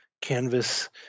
canvas